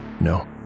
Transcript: No